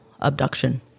abduction